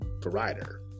provider